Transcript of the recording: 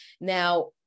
Now